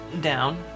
down